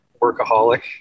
workaholic